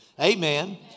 Amen